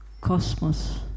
cosmos